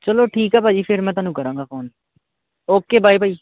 ਚਲੋ ਠੀਕ ਹੈ ਭਾਅ ਜੀ ਫਿਰ ਮੈਂ ਤੁਹਾਨੂੰ ਕਰਾਂਗਾ ਫੋਨ ਓਕੇ ਬਾਏ ਭਾਅ ਜੀ